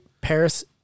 Paris